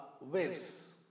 waves